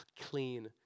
clean